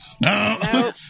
no